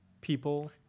people